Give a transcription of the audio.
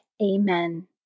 Amen